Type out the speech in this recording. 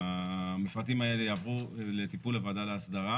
המפרטים האלה יעברו לטיפול הוועדה להסדרה